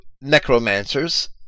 necromancers